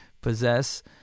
possess